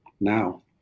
now